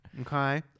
Okay